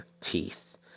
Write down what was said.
teeth